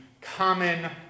common